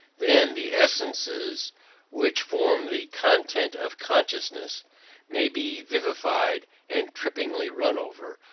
then the essences which form the content of consciousness may be vivified and trippingly run over,